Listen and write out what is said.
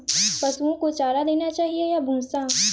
पशुओं को चारा देना चाहिए या भूसा?